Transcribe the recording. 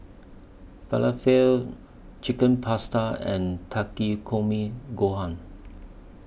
Falafel Chicken Pasta and Takikomi Gohan